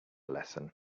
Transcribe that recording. lesson